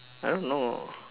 I don't know